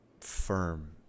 firm